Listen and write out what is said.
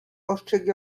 ostrzegł